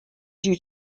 due